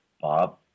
Bob